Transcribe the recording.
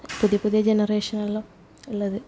പുതിയ പുതിയ ജനറേഷനില് ഉള്ളത്